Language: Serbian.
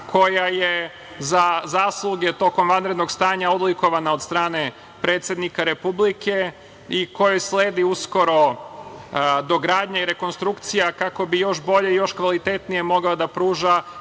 koja je za zasluge tokom vanrednog stanja odlikovana od strane predsednika Republike i kojoj sledi uskoro dogradnja i rekonstrukcija kako bi još bolje i kvalitetnije mogla da pruža